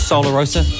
Solarosa